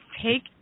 take